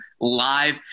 live